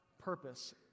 purpose